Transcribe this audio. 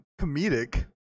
comedic